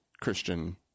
Christian